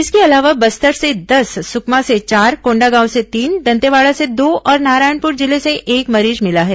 इसके अलावा बस्तर से दस सुकमा से चार कोंडागांव से तीन दंतेवाड़ा से दो और नारायणपुर जिले से एक मरीज मिला है